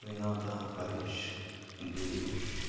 Vinoda Harish Girish